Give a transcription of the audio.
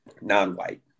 non-white